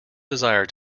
desire